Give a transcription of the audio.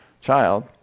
child